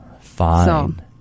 Fine